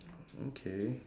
okay